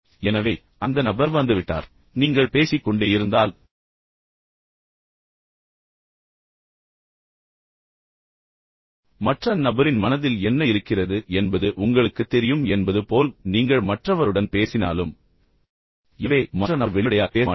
எனவே அந்த நபர் வந்துவிட்டார் நீங்கள் பேசிக்கொண்டே இருந்தால் மற்ற நபரின் மனதில் என்ன இருக்கிறது என்பது உங்களுக்குத் தெரியும் என்பது போல் நீங்கள் மற்றவருடன் பேசினாலும் எனவே மற்ற நபர் வெளிப்படையாக பேச மாட்டார்